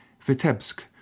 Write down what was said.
Vitebsk